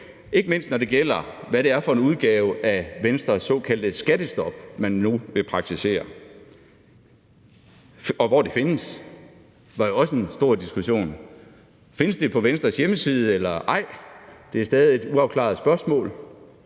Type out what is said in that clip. ikke mindst når det gælder, hvad det er for en udgave af Venstres såkaldte skattestop, man nu vil praktisere, og der var jo også en stor diskussion om, hvor man kan finde det henne. Kan man finde det på Venstres hjemmeside eller ej? Det er stadig et uafklaret spørgsmål.